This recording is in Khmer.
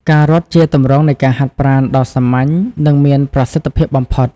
ការរត់ជាទម្រង់នៃការហាត់ប្រាណដ៏សាមញ្ញ និងមានប្រសិទ្ធភាពបំផុត។